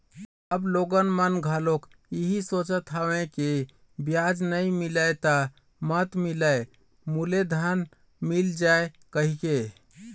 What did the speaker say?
अब लोगन मन घलोक इहीं सोचत हवय के बियाज नइ मिलय त मत मिलय मूलेधन मिल जाय कहिके